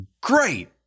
great